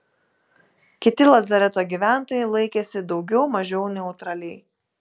kiti lazareto gyventojai laikėsi daugiau mažiau neutraliai